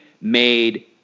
made